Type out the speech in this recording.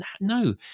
no